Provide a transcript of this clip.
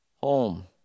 home